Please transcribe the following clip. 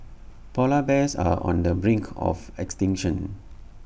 Polar Bears are on the brink of extinction